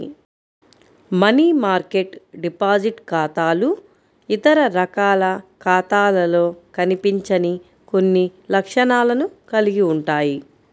money market deposit ఖాతాలు ఇతర రకాల ఖాతాలలో కనిపించని కొన్ని లక్షణాలను కలిగి ఉంటాయి